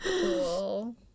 Cool